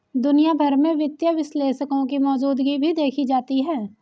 दुनिया भर में वित्तीय विश्लेषकों की मौजूदगी भी देखी जाती है